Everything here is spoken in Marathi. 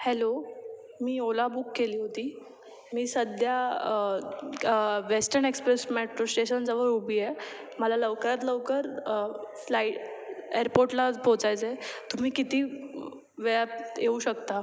हॅलो मी ओला बुक केली होती मी सध्या वेस्टर्न एक्सप्रेस मेट्रो स्टेशनजवळ उभी आहे मला लवकरात लवकर फ्लाई एअरपोर्टला पोचायचं आहे तुम्ही किती वेळात येऊ शकता